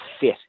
fit